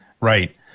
right